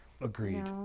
Agreed